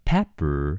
Pepper